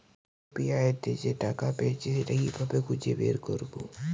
UPI তে যে টাকা পেয়েছি সেটা কিভাবে খুঁজে বের করবো?